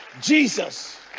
jesus